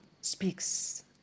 speaks